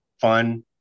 fun